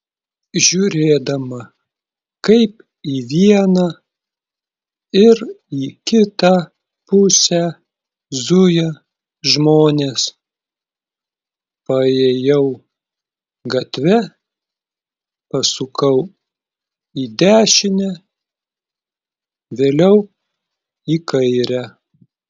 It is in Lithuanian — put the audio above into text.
žiūrėdama kaip į vieną ir į kitą pusę zuja žmonės paėjau gatve pasukau į dešinę vėliau į kairę